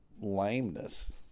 lameness